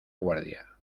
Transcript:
guardia